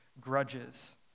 grudges